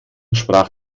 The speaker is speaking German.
sprach